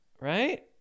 right